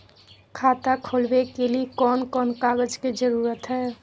खाता खोलवे के लिए कौन कौन कागज के जरूरत है?